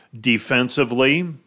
Defensively